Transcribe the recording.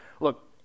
look